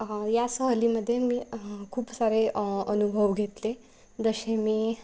या सहलीमध्ये मी खूप सारे अनुभव घेतले जसे मी